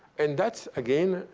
and that's, again,